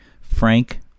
frank